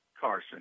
Carson